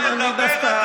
לא מתבייש.